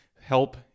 help